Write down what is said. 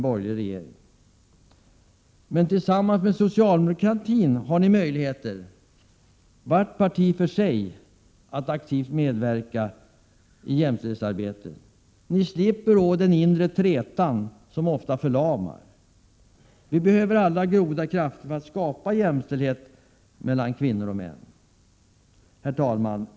Men tillsammans med socialdemokratin har ni möjligheter, varje parti för sig, att aktivt medverka i jämställdhetsarbetet. Ni slipper då den inre trätan, som ofta förlamar. Vi behöver alla goda krafter för att skapa jämställdhet mellan kvinnor och män. Herr talman!